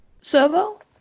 Servo